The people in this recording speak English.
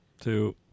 two